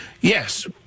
Yes